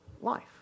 life